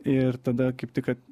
ir tada kaip tik kad